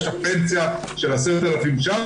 יש לך פנסיה של 10,000 ₪,